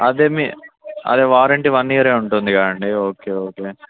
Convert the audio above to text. అదే మీ అదే వారంటీ వన్ ఇయర్ ఉంటుంది అండి ఓకే ఓకే